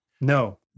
No